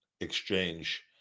exchange